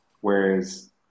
whereas